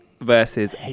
versus